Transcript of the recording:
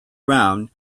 brown